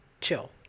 chill